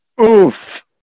Oof